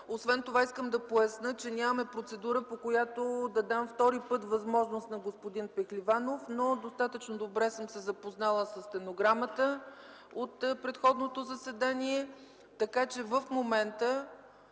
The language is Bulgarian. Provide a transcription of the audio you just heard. Освен това искам да поясня, че нямаме процедура, която да дава втори път възможност на господин Пехливанов. Достатъчно добре съм се запознала със стенограмата от предходното заседание. Така че подлагам